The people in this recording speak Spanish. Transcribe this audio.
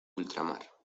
ultramar